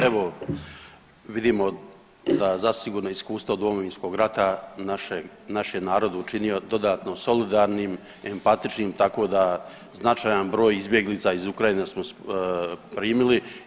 Evo vidimo da zasigurno iskustvo Domovinskog rata naš je narod učinio dodatno solidarnim, empatičnim tako da značajan broj izbjeglica iz Ukrajine smo primili.